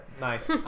Nice